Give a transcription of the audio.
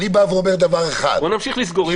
בואו נמשיך לסגור.